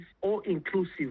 all-inclusive